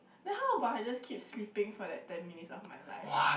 then how about I just keep sleeping for that ten minutes of my life